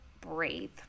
breathe